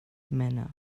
manner